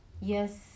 yes